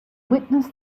witness